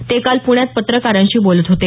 ते काल प्ण्यात पत्रकारांशी बोलत होते